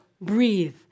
breathe